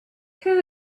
who